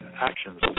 actions